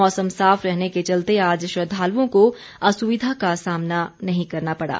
मौसम साफ रहने के चलते आज श्रद्धालुओं को असुविधा का सामना नहीं करना पड़ा